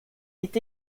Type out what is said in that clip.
est